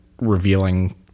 revealing